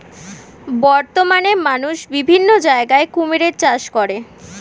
বর্তমানে মানুষ বিভিন্ন জায়গায় কুমিরের চাষ করে